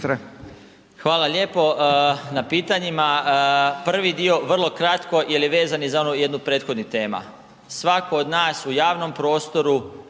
Hvala lijepo na pitanjima. Prvi dio vrlo kratko je je vezan i za onu jednu od prethodnih tema. Svako od nas u javnom prostoru